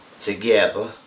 together